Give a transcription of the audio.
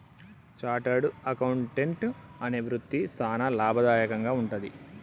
chartered accountant అనే వృత్తి సానా లాభదాయకంగా వుంటది